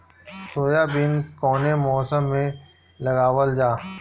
Soybean कौने मौसम में लगावल जा?